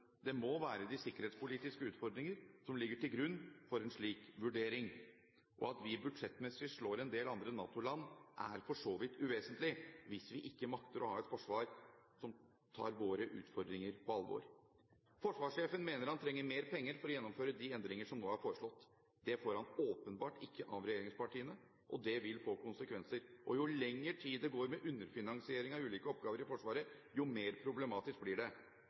Det må være de sikkerhetspolitiske utfordringer som ligger til grunn for en slik vurdering. At vi budsjettmessig slår en del andre NATO-land, er for så vidt uvesentlig hvis vi ikke makter å ha et forsvar som tar våre utfordringer på alvor. Forsvarssjefen mener han trenger mer penger for å gjennomføre de endringer som nå er foreslått. Det får han åpenbart ikke av regjeringspartiene, og det vil få konsekvenser. Jo lengre tid det går med underfinansiering av ulike oppgaver i Forsvaret, jo mer problematisk blir det.